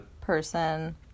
...person